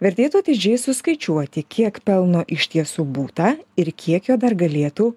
vertėtų atidžiai suskaičiuoti kiek pelno iš tiesų būta ir kiek jo dar galėtų